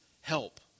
help